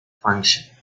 function